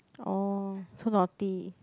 oh no naughty